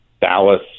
Dallas